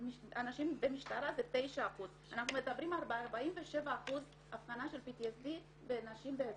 אנשים במשטרה זה 9%. אנחנו מדברים על 47% אבחנה של PTSD בנשים בזנות.